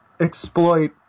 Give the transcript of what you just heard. exploit